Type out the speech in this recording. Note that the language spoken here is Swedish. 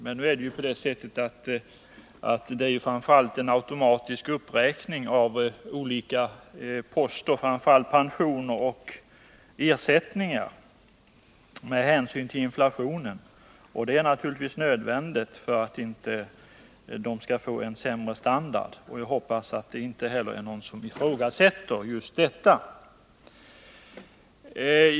Men nu är det ju framför allt fråga om en automatisk uppräkning av olika poster, främst pensioner och ersättningar, med hänsyn till inflationen. En sådan uppräkning är naturligtvis nödvändig för att vederbörande inte skall få en sämre standard. Jag hoppas att det inte heller är någon som ifrågasätter just detta.